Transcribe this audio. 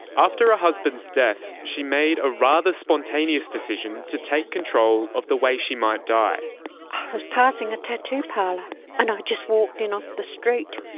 after her ah husband's death she made a rather spontaneous decision to take control of the way she might die. i was passing a tattoo parlour and just walked in off the street.